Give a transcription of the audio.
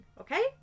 okay